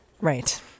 Right